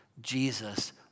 Jesus